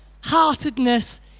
heartedness